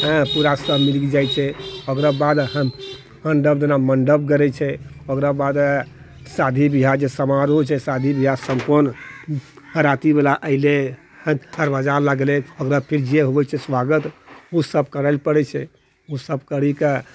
हँ पूरा सब मिलिके जाइ छै आओर ओकरो बाद हम जेना मण्डप गड़ै छै ओकरो बादे शादी बियाह जे समारोह छै शादी बियाह सम्पूर्ण बारातीवला ऐलै फेर दरवाजा लगलै वएह फेर जे होइ छै स्वागत उ सब करे लए पड़ै छै उ सब करिकऽ